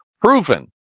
proven